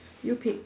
you pick